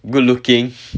good looking